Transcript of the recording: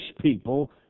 people